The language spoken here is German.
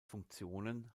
funktionen